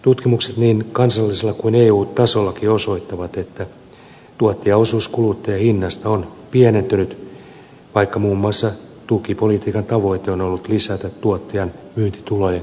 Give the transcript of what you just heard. tutkimukset niin kansallisella kuin eu tasollakin osoittavat että tuottajan osuus kuluttajahinnasta on pienentynyt vaikka muun muassa tukipolitiikan tavoite on ollut lisätä tuottajan myyntitulojen suuruutta